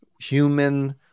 human